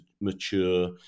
mature